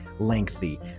lengthy